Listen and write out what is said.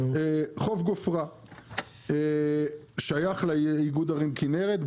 חוף גופרה שייך לאיגוד ערים כנרת,